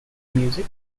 music